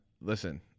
listen